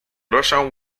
russian